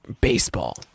baseball